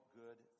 good